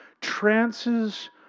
Trances